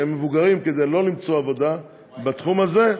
כי הם מבוגרים למצוא עבודה בתחום הזה,